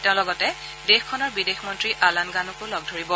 তেওঁ লগতে দেশখনৰ বিদেশ মন্ত্ৰী আলান গানুকো লগ ধৰিব